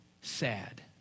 sad